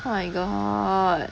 oh my god